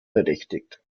berechtigt